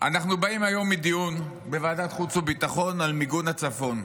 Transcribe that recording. אנחנו באים היום מדיון בוועדת החוץ והביטחון על מיגון הצפון.